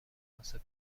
مناسب